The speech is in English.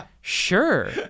sure